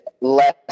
less